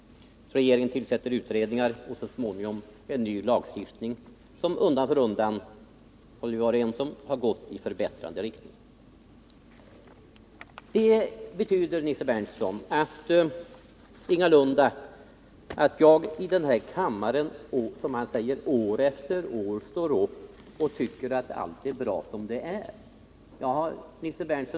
Regeringen tillsätter utredningar, och så småningom antas en ny lagstiftning. Detta har undan för undan — det har vi varit överens om — skett i förbättrande riktning. Men detta betyder ingalunda att jag år efter år står upp här i kammaren och tycker att allt är bra som det är, som Nils Berndtson säger.